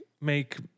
make